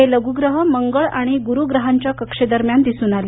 हे लघूग्रह मंगळ आणि गुरू ग्रहांच्या कक्षेदरम्यान दिसून आले